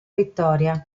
vittoria